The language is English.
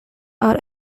are